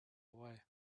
away